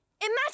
Imagine